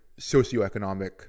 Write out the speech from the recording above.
socioeconomic